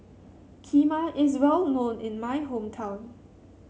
Kheema is well known in my hometown